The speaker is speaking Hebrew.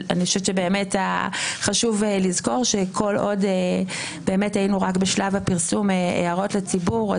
אני חושבת שבאמת חשוב לזכור שכל עוד היינו רק בשלב פרסום הערות הציבור,